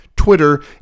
Twitter